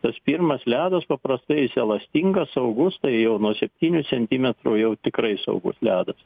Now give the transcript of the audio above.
tas pirmas ledas paprastai jis elastingas saugus tai jau nuo septynių centimetrų jau tikrai saugus ledas